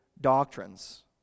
doctrines